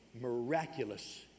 miraculous